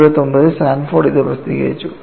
1979 ൽ സാൻഫോർഡ് ഇത് പ്രസിദ്ധീകരിച്ചു